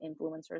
influencers